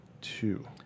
two